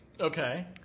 Okay